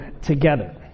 together